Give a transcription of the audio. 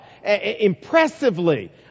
impressively